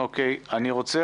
אני רוצה